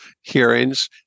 hearings